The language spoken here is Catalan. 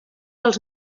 els